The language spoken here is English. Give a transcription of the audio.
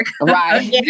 Right